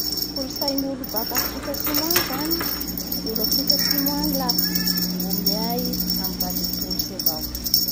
Kolotsain'olo naka Afrika Atsimo agny zany, olo afrika Atsimo any la mbo miay amin'ny vady atolotsy avao.